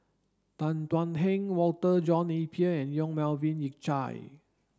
Tan Thuan Heng Walter John Napier and Yong Melvin Yik Chye